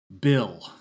bill